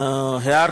האפשר.